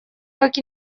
как